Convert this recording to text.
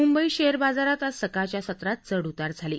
Mumbai share बाजारात आज सकाळच्या सत्रात चढउतार झाले